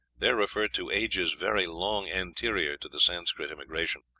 they are referred to ages very long anterior to the sanscrit immigration,